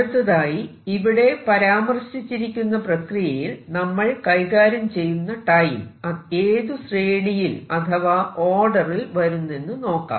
അടുത്തതായി ഇവിടെ പരാമർശിച്ചിരിക്കുന്ന പ്രക്രിയയിൽ നമ്മൾ കൈകാര്യം ചെയ്യുന്ന ടൈം ഏതു ശ്രേണിയിൽ അഥവാ ഓർഡറിൽ വരുന്നെന്ന് നോക്കാം